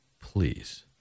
Please